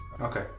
Okay